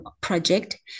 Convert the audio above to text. project